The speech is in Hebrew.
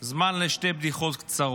זמן לשתי בדיחות קצרות.